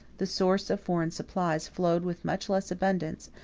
the source of foreign supplies flowed with much less abundance,